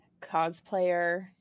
cosplayer